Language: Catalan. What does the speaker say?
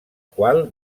qual